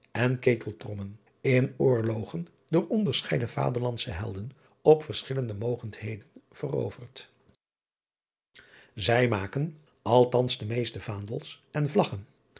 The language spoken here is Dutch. en eteltrommen in oorlogen door onderscheiden aderlandsche elden op verschillende ogendheden veroverd ij maken althans de meeste aandels en laggen